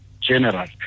general